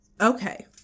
Okay